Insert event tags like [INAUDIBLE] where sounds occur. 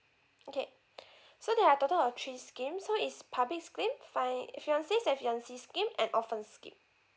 okay [BREATH] so there are total of three schemes so it's public scheme fi~ fiances and fiancees scheme and orphans scheme